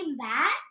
back